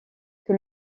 que